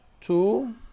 two